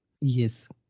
Yes